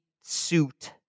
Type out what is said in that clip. suit